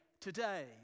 today